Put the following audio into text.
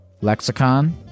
lexicon